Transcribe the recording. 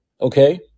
okay